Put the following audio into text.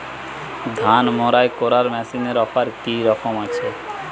ধান মাড়াই করার মেশিনের অফার কী রকম আছে?